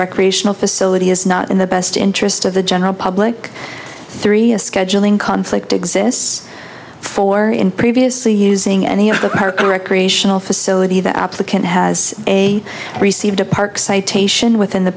recreational facility is not in the best interest of the general public three a scheduling conflict exists for him previously using any of the park or recreational facility that applicant has a received a park citation within the